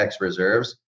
reserves